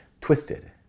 twisted